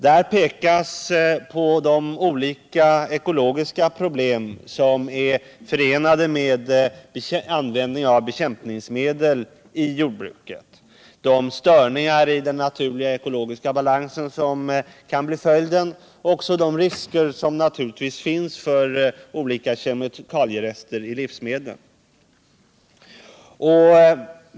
Där pekas på de olika ekologiska problem som är förenade med användning av bekämpningsmedel i jordbruket, de störningar i den naturliga ekologiska balansen som kan bli följden och också de risker som naturligtvis finns för olika kemikalierester i livsmedlen.